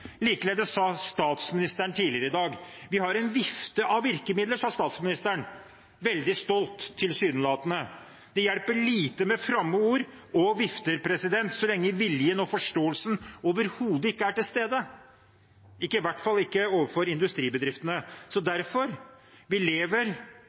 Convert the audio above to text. Likeledes sa statsministeren tidligere i dag at «vi har en vifte av virkemidler» – veldig stolt, tilsynelatende. Det hjelper lite med fromme ord og vifter så lenge viljen og forståelsen overhodet ikke er til stede, i hvert fall ikke overfor industribedriftene.